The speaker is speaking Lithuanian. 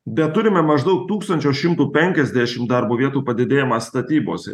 bet turime maždaug tūkstančio šimto penkiasdešim darbo vietų padidėjimą statybose lygiai